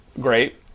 great